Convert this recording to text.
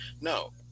no